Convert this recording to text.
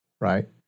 right